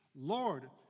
Lord